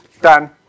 done